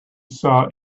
saw